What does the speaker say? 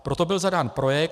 Proto byl zadán projekt.